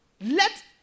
Let